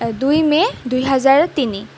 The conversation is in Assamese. দুই মে দুহেজাৰ তিনি